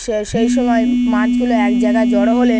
সে সেই সময় মাছগুলো এক জায়গায় জড়ো হলে